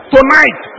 Tonight